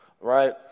right